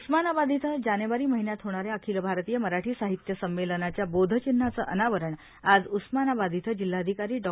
उस्मानाबाद इथं जाबेवारी महिल्यात होणाऱ्या अखिल भारतीय मराठी साहित्य संमेलवाव्या बोधविव्हायं अनावरण आज उस्मानाबाद इथं जिल्हाधिकारी डॉ